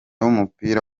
w’umupira